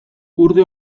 urte